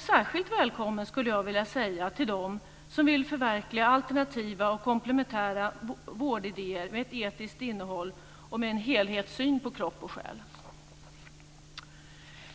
Särskilt välkommen skulle jag vilja säga till dem som vill förverkliga alternativa och komplementära vårdidéer med ett etiskt innehåll och med en helhetssyn på kropp och själ.